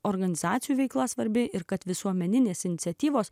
organizacijų veikla svarbi ir kad visuomeninės iniciatyvos